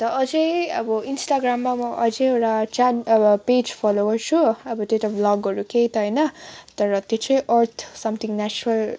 अन्त अझै अब इन्स्टाग्राममा म अझै एउटा चान् अब पेज फलो गर्छु अब त्यो त भ्लगहरू केही त होइन तर त्यो चाहिँ अर्थ सम्थिङ न्याचरल